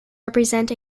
represent